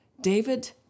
David